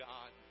God